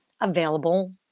available